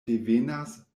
devenas